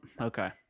okay